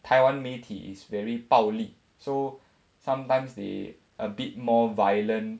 台湾媒体 is very 暴力 so sometimes they a bit more violent